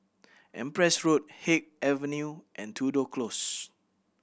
Empress Road Haig Avenue and Tudor Close